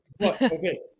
Okay